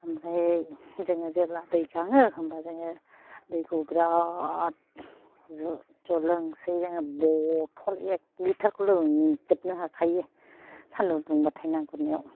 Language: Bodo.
ओमफ्राय जोङो जेब्ला दै गाङो होमबा जोङो दैखौ बिरात जु जु लोंसै जोङो बथल एक लिटारखौ लोंजोबनो हाखायो सान्दुं दुंबाथाय ना गुरनायाव